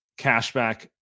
cashback